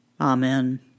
Amen